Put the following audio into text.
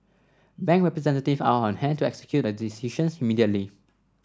bank representatives are on hand to execute the decisions immediately